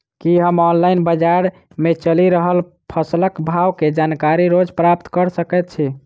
की हम ऑनलाइन, बजार मे चलि रहल फसलक भाव केँ जानकारी रोज प्राप्त कऽ सकैत छी?